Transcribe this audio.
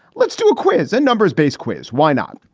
let's do a quiz and numbers based quiz. why not?